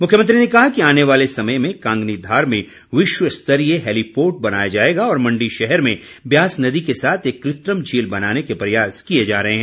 मुख्यमंत्री ने कहा कि आने वाले समय में कांगनी धार में विश्वस्तरीय हैलीपोर्ट बनाया जाएगा और मण्डी शहर में ब्यास नदी के साथ एक कृत्रिम झील बनाने के प्रयास किए जा रहे हैं